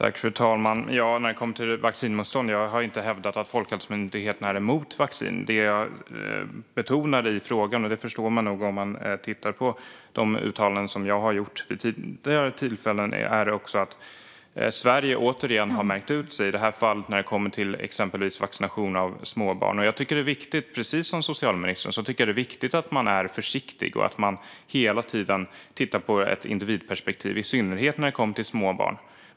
Fru talman! När det kommer till vaccinmotstånd har jag inte hävdat att Folkhälsomyndigheten är emot vaccin. Det som jag betonade i interpellationen är att Sverige återigen har utmärkt sig, i detta fall när det kommer till exempelvis vaccination av små barn. Det förstår man nog om man tittar på de uttalanden som jag har gjort vid tidigare tillfällen. Precis som socialministern tycker jag att det är viktigt att man är försiktig och att man hela tiden tittar på detta ur ett individperspektiv, i synnerhet när det kommer till små barn.